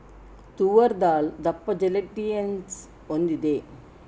ತೂವರ್ ದಾಲ್ ದಪ್ಪ ಜೆಲಾಟಿನಸ್ ಹೊಂದಿದೆ